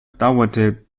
dauerte